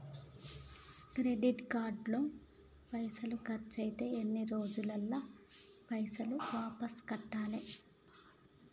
Credit card లో పైసల్ ఖర్చయితే ఎన్ని రోజులల్ల పైసల్ వాపస్ కట్టాలే?